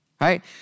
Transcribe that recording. right